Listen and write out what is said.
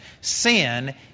sin